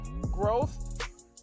growth